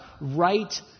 right